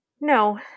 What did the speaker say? No